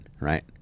right